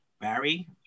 Barry